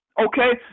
okay